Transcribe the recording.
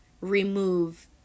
remove